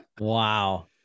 Wow